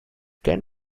can